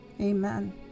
Amen